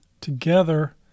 Together